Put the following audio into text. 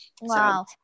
wow